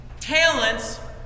Talents